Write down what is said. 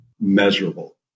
Measurable